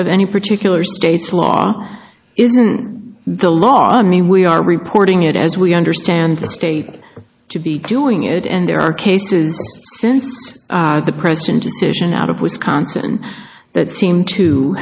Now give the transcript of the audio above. of any particular state's law isn't the law i mean we are reporting it as we understand the state to be doing it and there are cases since the crisis in decision out of wisconsin that seem to